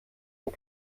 und